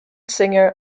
singer